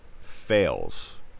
fails